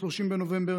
30 בנובמבר,